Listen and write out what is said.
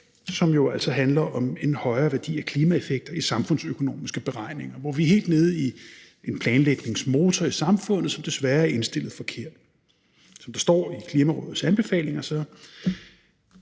som jo altså handler om en højere værdi af klimaeffekter i samfundsøkonomiske beregninger, hvor vi er helt nede i en planlægningsmotor i samfundet, som desværre er indstillet forkert. Som der står i Klimarådets anbefalinger: